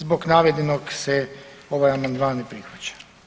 Zbog navedenog se ovaj amandman ne prihvaća.